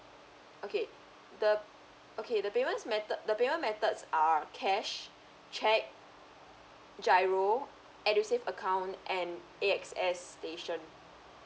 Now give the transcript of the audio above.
okay the okay the payments method the payment methods are cash cheque G_I_R_O edusave account and A X S station